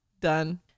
done